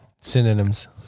Synonyms